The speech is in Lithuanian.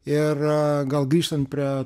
ir gal grįžtant prie